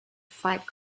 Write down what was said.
fight